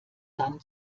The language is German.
dann